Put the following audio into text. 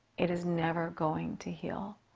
it is never going to heal.